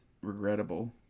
regrettable